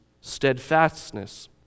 steadfastness